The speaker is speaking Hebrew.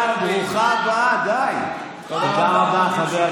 תודה רבה.